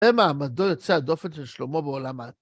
למעמדו יוצא הדופן של שלמה בעולם ה...